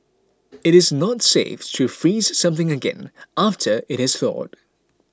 it is not safe to freeze something again after it has thawed